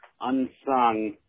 unsung